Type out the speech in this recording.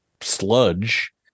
sludge